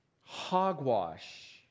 Hogwash